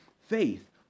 faith